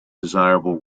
desirable